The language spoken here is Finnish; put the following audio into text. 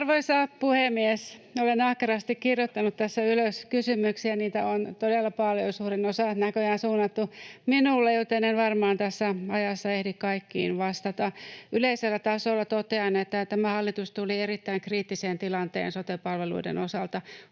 Arvoisa puhemies! Olen ahkerasti kirjoittanut tässä ylös kysymyksiä. Niitä on todella paljon ja suurin osa näköjään suunnattu minulle, joten en varmaan tässä ajassa ehdi kaikkiin vastata. Yleisellä tasolla totean, että tämä hallitus tuli erittäin kriittiseen tilanteeseen sote-palveluiden osalta: